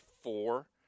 four